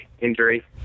injury